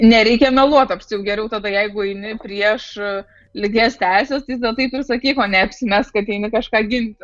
nereikia meluot ta prasme geriau tada jeigu jau eini prieš lygias teises tai taip ir sakyk o neapsimesk kad eini kažką ginti